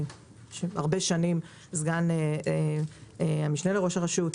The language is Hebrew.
שבמשך שנים רבות כיהן כמשנה למנהל הרשות,